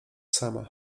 sama